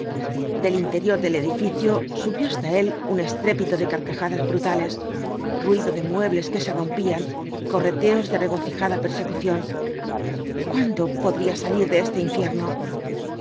del interior del edificio subió hasta él un estrépito de carcajadas brutales ruido de muebles que se rompían correteos de regocijada persecución cuándo podría u v blasoo ibáñbz salir de este infierno